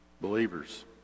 believers